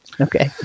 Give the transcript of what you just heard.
Okay